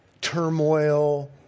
turmoil